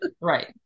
Right